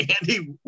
Andy